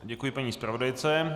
Děkuji paní zpravodajce.